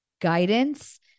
guidance